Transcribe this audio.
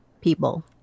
people